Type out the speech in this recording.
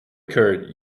curd